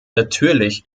natürlich